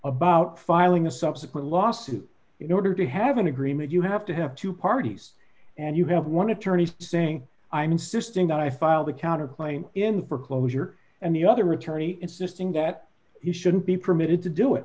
about filing a subsequent lawsuit in order to have an agreement you have to have two parties and you have one attorney saying i'm insisting that i filed a counterpoint in for closure and the other attorney insisting that you shouldn't be permitted to do it